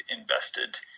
invested